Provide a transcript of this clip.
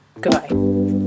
goodbye